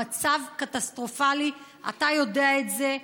המצב קטסטרופלי, אתה יודע את זה.